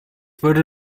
würde